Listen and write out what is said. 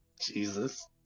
Jesus